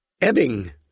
Ebbing